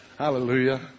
Hallelujah